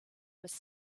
was